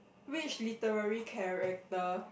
which literary character